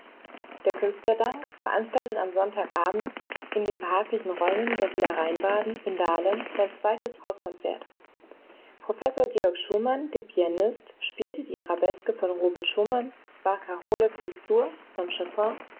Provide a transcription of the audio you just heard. der künstlerdank veranstaltete am sonntag abend in den behaglichen räumen der villa rheinbaben in dahlem sein zweites hauskonzert professor georg schumann der pianist spielte die arabeske von robert schumann barkarole fis-dur von